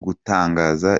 gutangaza